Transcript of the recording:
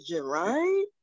right